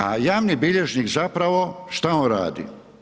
A javni bilježnik zapravo, što on radi?